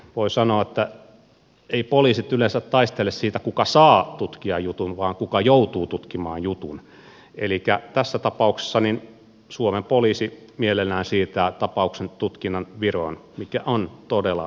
voi sanoa että poliisit eivät yleensä taistele siitä kuka saa tutkia jutun vaan kuka joutuu tutkimaan jutun elikkä tässä tapauksessa suomen poliisi mielellään siirtää tapauksen tutkinnan viroon mikä on todella järkevä ratkaisu